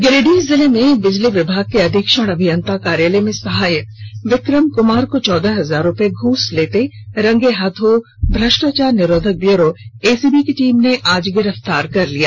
गिरिडीह जिले में बिजली विभाग के अधीक्षण अभियंता कार्यालय में सहायक विक्रम कुमार को चौदह हजार रुपए घूस लेते रंगेहाथ भ्रष्टाचार निरोधक ब्यूरो एसीबी की टीम ने आज गिरफ्तार कर लिया